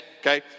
okay